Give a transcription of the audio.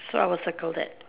so I will circle that